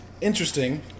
interesting